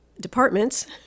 departments –